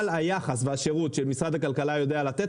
אבל היחס והשירות שמשרד הכלכלה יודע לתת,